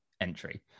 entry